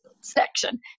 section